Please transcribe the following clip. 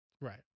Right